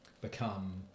become